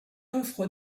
offre